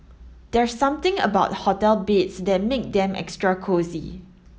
there's something about hotel beds that make them extra cosy